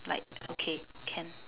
like okay can